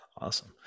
awesome